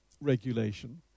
regulation